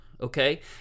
okay